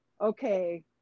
okay